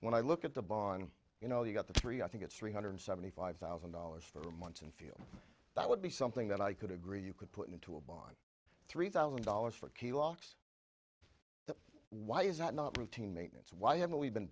when i look at the bar on you know you got the three i think it's three hundred seventy five thousand dollars for months and feel that would be something that i could agree you could put into a barn three thousand dollars for key locks why is that not routine maintenance why haven't we been